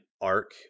arc